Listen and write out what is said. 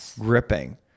gripping